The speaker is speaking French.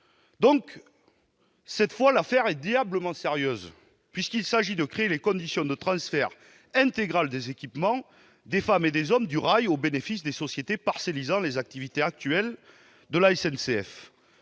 Cette fois, l'affaire est diablement sérieuse. Il s'agit de créer les conditions de transfert intégral des équipements, des femmes et des hommes du rail au bénéfice des sociétés parcellisant les activités actuelles de la SNCF.